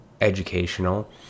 educational